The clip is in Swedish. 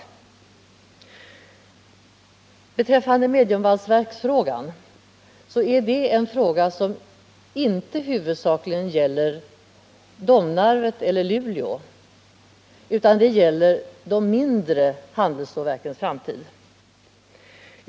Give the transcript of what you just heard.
Frågan om ett nytt mediumvalsverk gäller inte i första hand Domnarvet eller Luleå utan de mindre handelsstålverkens framtid.